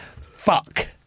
Fuck